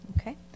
Okay